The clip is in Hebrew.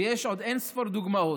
ויש עוד אין-ספור דוגמאות.